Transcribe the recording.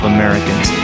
Americans